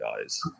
guys